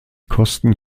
kosten